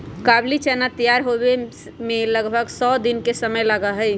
काबुली चना तैयार होवे में लगभग सौ दिन के समय लगा हई